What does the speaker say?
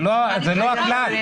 זה לא הכלל.